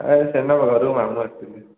ଏ ସେଦିନ ଘରକୁ ମାମୁଁ ଆସିଥିଲେ